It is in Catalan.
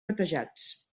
batejats